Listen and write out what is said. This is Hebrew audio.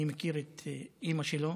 אני מכיר את אימא שלו